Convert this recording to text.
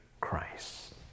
Christ